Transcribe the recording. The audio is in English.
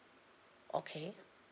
okay